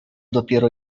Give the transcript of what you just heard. dopiero